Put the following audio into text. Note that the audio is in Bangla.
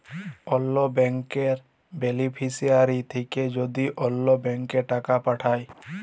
অল্য ব্যাংকের বেলিফিশিয়ারি থ্যাকে যদি অল্য ব্যাংকে টাকা পাঠায়